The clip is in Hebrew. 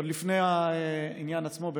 עוד לפני העניין עצמו,